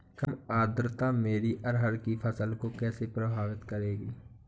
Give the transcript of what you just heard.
कम आर्द्रता मेरी अरहर की फसल को कैसे प्रभावित करेगी?